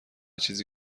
چیزی